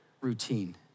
routine